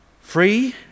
free